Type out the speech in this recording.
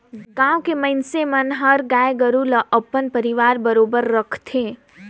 गाँव के मइनसे मन हर गाय गोरु ल अपन परवार बरोबर राखथे